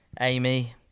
Amy